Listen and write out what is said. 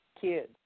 kids